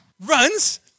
Runs